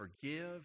forgive